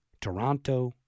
Toronto